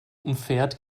umfährt